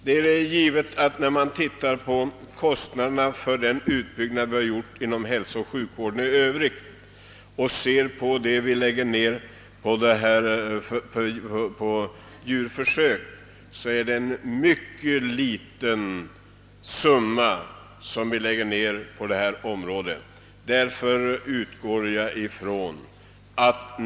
Om vi ser på de sammanlagda kostnaderna för vår hälsooch sjukvård och jämför dem med de summor vi lägger ned på djurförsök, så är sistnämnda belopp mycket litet.